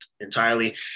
entirely